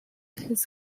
his